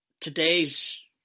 today's